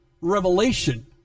revelation